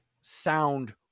sound